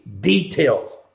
details